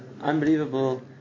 unbelievable